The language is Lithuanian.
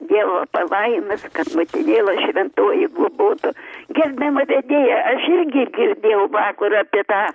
dievo palaimos kad motinėla šventoji globotų gerbiama vedėja aš irgi girdėjau vakar apie tą